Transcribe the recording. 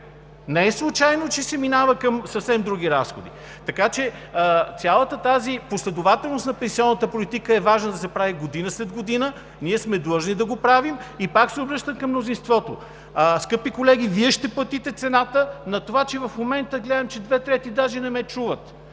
Не е случайно, че се минава към съвсем други разходи. Така че цялата тази последователност на пенсионната политика е важно да се прави година след година – ние сме длъжни да го правим. Пак се обръщам към мнозинството: скъпи колеги, Вие ще платите цената на това, че в момента – гледам, че две трети даже не ме чуват,